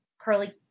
Curly